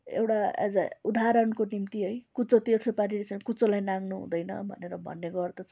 एउटा as a उदाहरणको निम्ति है कुच्चो तेर्सो पारिरहेको छ भने कुच्चोलाई नाघ्नु हुँदैन भनेर भन्ने गर्दछ